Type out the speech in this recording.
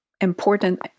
important